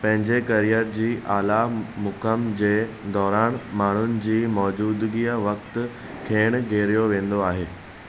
पंहिंजे करियर जी आला मुक़ाम जे दौरान माण्हुनि जी मौजूदिगीअ वक़्तु खैण घेरियो वेंदो आहे